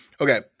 Okay